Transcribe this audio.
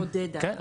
כן.